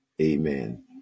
Amen